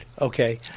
Okay